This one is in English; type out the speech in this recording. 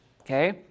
Okay